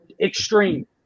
extreme